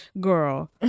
girl